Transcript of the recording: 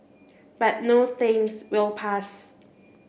but no thanks we'll pass